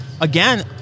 again